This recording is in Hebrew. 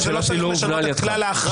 אבל זה לא צריך לשנות את כלל ההכרעה.